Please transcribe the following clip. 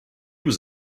was